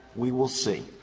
we will see.